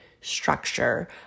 structure